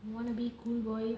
the wanna be cool boy